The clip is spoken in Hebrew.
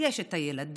יש את הילדים,